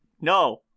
no